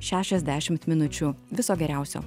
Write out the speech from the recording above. šešiasdešimt minučių viso geriausio